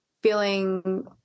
feeling